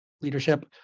leadership